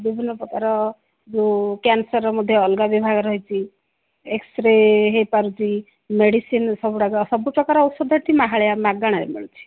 ବିଭିନ୍ନ ପ୍ରକାର ଯେଉଁ କ୍ୟାନସ୍ରର ମଧ୍ୟ ଅଲଗା ବିଭାଗ ରହିଛି ଏକ୍ସରେ ହେଇପାରୁଛି ମେଡ଼ିସିନ୍ ସବୁଗୁଡ଼ାକ ସବୁ ପ୍ରକାର ଔଷଧ ଏଠି ମାହାଳିଆ ମାଗଣାରେ ମିଳୁଛି